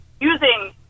using